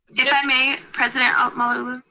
if i may, president um malauulu.